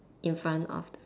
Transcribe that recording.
in front of